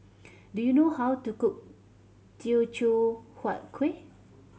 do you know how to cook Teochew Huat Kueh